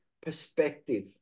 perspective